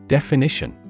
Definition